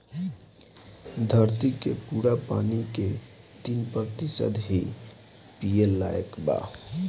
धरती के पूरा पानी के तीन प्रतिशत ही पिए लायक बा